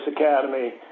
Academy